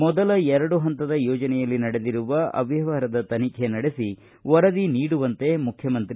ಮೊದಲ ಎರಡು ಹಂತದ ಯೋಜನೆಯಲ್ಲಿ ನಡೆದಿರುವ ಅವ್ಣವಹಾರದ ತನಿಖೆ ನಡೆಸಿ ವರದಿ ನೀಡುವಂತೆ ಮುಖ್ಯಮಂತ್ರಿ